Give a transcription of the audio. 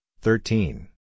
thirteen